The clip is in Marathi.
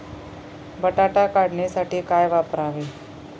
बटाटा काढणीसाठी काय वापरावे?